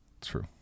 True